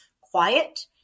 quiet